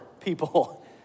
people